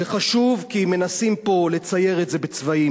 זה חשוב, כי מנסים פה לצייר את זה בצבעים.